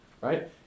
right